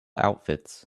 outfits